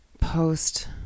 post